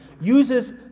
uses